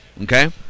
Okay